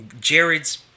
jared's